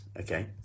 Okay